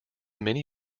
mini